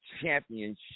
championship